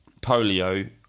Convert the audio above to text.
polio